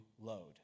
load